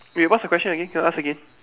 wait what's the question again can ask again